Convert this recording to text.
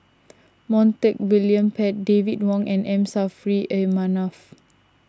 Montague William Pett David Wong and M Saffri A Manaf